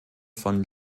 von